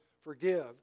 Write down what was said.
forgive